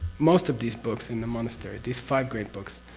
most of these books in the monastery, these five great books.